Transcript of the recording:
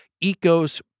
Eco's